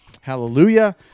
hallelujah